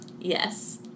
Yes